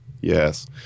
Yes